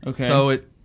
Okay